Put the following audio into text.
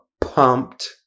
pumped